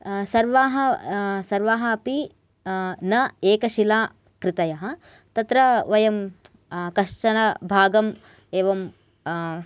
सर्वाः सर्वाः अपि न एकशिलाकृतयः तत्र वयं कश्चन भागम् एवम्